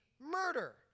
murder